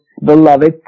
beloved